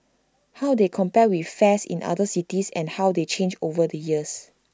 how they compare with fares in other cities and how they change over the years